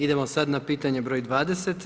Idemo sad na pitanje broj 20.